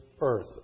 earth